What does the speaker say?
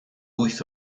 wyth